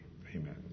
Amen